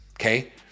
okay